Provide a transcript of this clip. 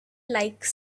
like